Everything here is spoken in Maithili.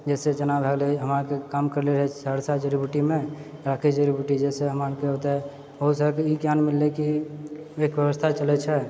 जैसे जेना भए गेलै हमरा आरके काम करले रहियै सहरसा जड़ी बूटीमे राकेश जड़ी बूटी जइसे हमरा आरके ओतय बहुत सारा तऽ ई ज्ञान मिललै कि एक व्यवस्था चलै छै